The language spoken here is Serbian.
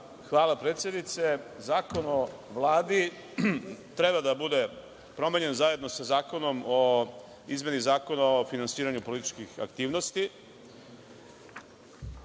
Hvala predsednice. Zakon o Vladi treba da bude promenjen zajedno sa Zakonom o izmeni Zakona o finansiranju političkih aktivnosti,